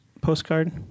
postcard